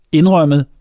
indrømmet